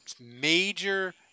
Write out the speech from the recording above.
major